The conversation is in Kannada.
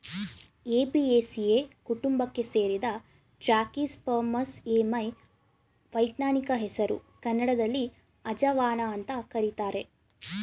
ಏಪಿಯೇಸಿಯೆ ಕುಟುಂಬಕ್ಕೆ ಸೇರಿದ ಟ್ರ್ಯಾಕಿಸ್ಪರ್ಮಮ್ ಎಮೈ ವೈಜ್ಞಾನಿಕ ಹೆಸರು ಕನ್ನಡದಲ್ಲಿ ಅಜವಾನ ಅಂತ ಕರೀತಾರೆ